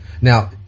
Now